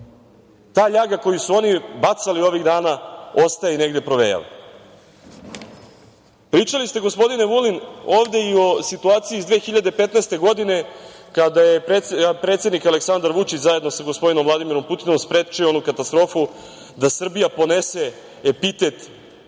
ta ljaga koju su oni bacali ovih dana ostaje i negde provejava. Pričali ste, gospodine Vulin, ovde i o situaciji iz 2015. godine, kada je predsednik Aleksandar Vučić zajedno sa gospodinom Vladimirom Putinom sprečio onu katastrofu da Srbija ponese epitet